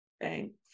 Thanks